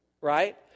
right